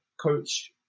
coach